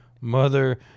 Mother